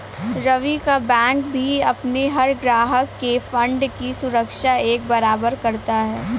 रवि का बैंक भी अपने हर ग्राहक के फण्ड की सुरक्षा एक बराबर करता है